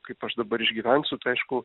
kaip aš dabar išgyvensiu tai aišku